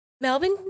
Melbourne